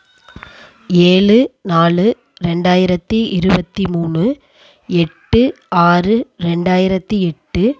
ஏழு நாலு ரெண்டாயிரத்தி இருபத்தி மூணு எட்டு ஆறு ரெண்டாயிரத்தி எட்டு